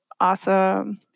Awesome